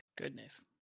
Goodness